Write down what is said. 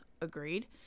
agreed